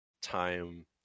time